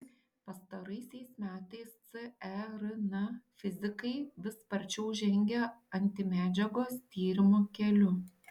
pastaraisiais metais cern fizikai vis sparčiau žengia antimedžiagos tyrimų keliu